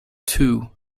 two